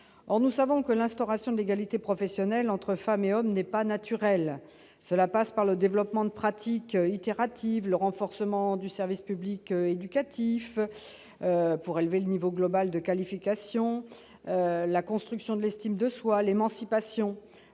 Or, nous le savons, l'instauration de l'égalité professionnelle entre femmes et hommes n'est pas naturelle, mais passe par le développement de pratiques itératives, par le renforcement du service public éducatif pour élever le niveau global de qualification, par la construction de l'estime de soi et par l'émancipation.